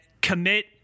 commit